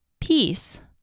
peace